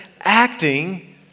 acting